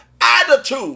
attitude